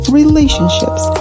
relationships